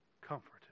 comforted